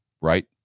Right